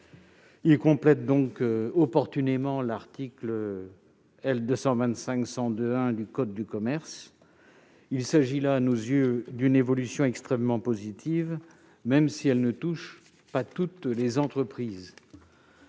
Il complète donc opportunément l'article L. 225-102-1 du code de commerce ; il s'agit à nos yeux d'une évolution extrêmement positive même si elle ne touche pas toutes les entreprises.